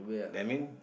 that mean